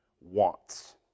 wants